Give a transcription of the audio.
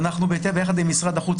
יחד עם משרד החוץ,